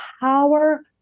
power